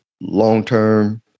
long-term